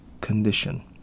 condition